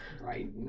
right